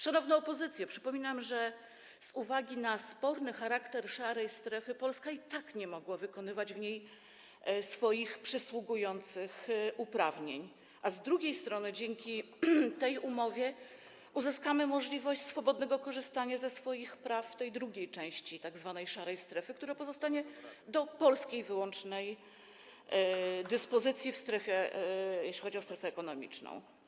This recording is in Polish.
Szanowna opozycjo, przypominam, że z uwagi na sporny charakter szarej strefy Polska i tak nie mogła wykonywać w niej swoich przysługujących uprawnień, a z drugiej strony dzięki tej umowie uzyskamy możliwość swobodnego korzystania ze swoich praw w tej drugiej części tzw. szarej strefy, która pozostanie do Polski wyłącznej dyspozycji, jeśli chodzi o strefę ekonomiczną.